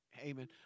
Amen